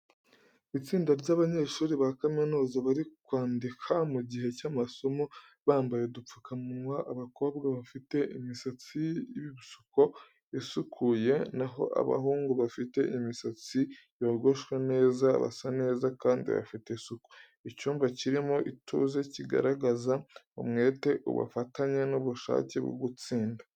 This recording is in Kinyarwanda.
Itsinda ry’abanyeshuri ba kaminuza bari kwandika mu gihe cy’amasomo, bambaye udupfukamunwa. Abakobwa bafite imisatsi y’ibisuko isukuye, na ho abahungu bafite imisatsi yogoshwe neza. Basa neza kandi bafite isuku. Icyumba kirimo ituze, kigaragaza umwete, ubufatanye n’ubushake bwo gutsinda.